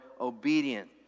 obedient